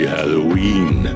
Halloween